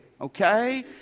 Okay